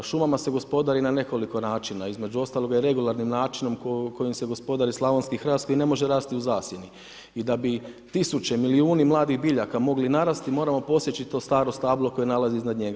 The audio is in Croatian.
Šumama se gospodari na nekoliko načina, između ostaloga i regularnim načinom kojim se gospodari slavonski hrast i ne može rasti u zasjeni i da bi se tisuće, milijuni mladih biljaka mogle narasti, moramo posjeći to strao stablo koje se nalazi iznad njega.